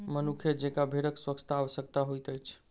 मनुखे जेंका भेड़क स्वच्छता आवश्यक होइत अछि